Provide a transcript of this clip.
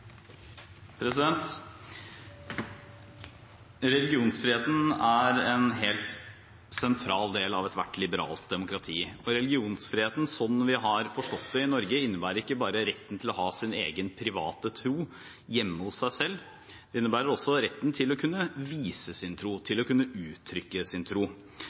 en helt sentral del av ethvert liberalt demokrati. Religionsfriheten sånn vi har forstått det i Norge, innebærer ikke bare retten til å ha sin egen private tro hjemme hos seg selv, det innebærer også retten til å kunne vise sin tro, til å kunne uttrykke sin tro.